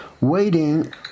waiting